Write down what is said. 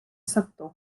sector